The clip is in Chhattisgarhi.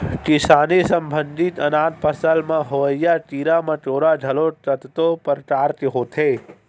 किसानी संबंधित अनाज फसल म होवइया कीरा मकोरा घलोक कतको परकार के होथे